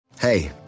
Hey